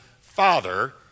father